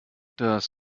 das